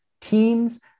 teams